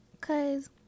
Cause